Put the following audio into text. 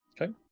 Okay